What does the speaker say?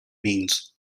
means